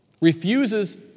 refuses